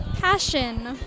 Passion